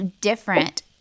different